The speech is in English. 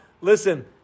listen